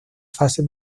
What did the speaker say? fase